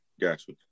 Gotcha